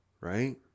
right